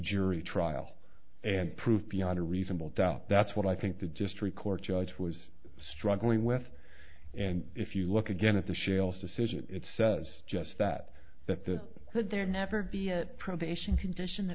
jury trial and prove beyond a reasonable doubt that's what i think the just record judge was struggling with and if you look again at the shales decision it says just that that that could there never be a probation condition